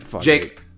Jake